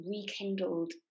rekindled